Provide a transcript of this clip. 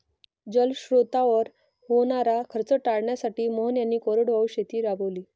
जलस्रोतांवर होणारा खर्च टाळण्यासाठी मोहन यांनी कोरडवाहू शेती राबवली